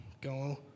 Go